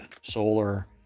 solar